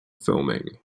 filming